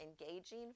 engaging